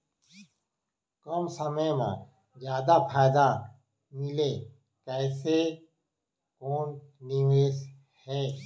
कम समय मा जादा फायदा मिलए ऐसे कोन निवेश हे?